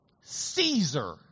Caesar